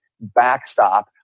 backstop